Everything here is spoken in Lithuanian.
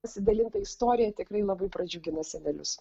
pasidalinta istorija tikrai labai pradžiugina senelius